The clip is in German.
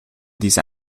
diese